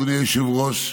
אדוני היושב-ראש,